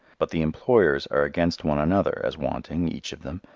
but the employers are against one another as wanting, each of them,